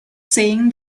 saying